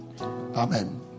Amen